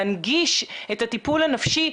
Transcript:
להנגיש את הטיפול הנפשי,